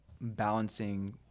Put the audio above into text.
balancing